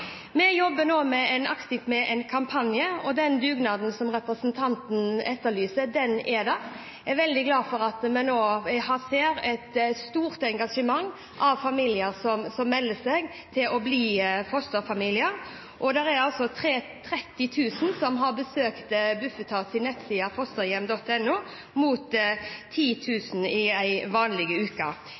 Vi jobber nå aktivt med en kampanje, og den dugnaden som representanten etterlyser, den er der. Jeg er veldig glad for at vi nå ser et stort engasjement fra familier som melder seg til å bli fosterfamilier. Det er nå 30 000 som har besøkt Bufetats nettside fosterhjem.no mot 10 000 i en vanlig uke.